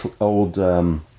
old